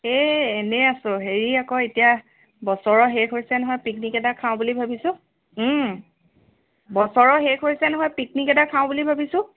এই এনেই আছোঁ হেৰি আকৌ এতিয়া বছৰৰ শেষ হৈছে নহয় পিকনিক এটা খাওঁ বুলি ভাবিছোঁ বছৰৰ শেষ হৈছে নহয় পিকনিক এটা খাওঁ বুলি ভাবিছোঁ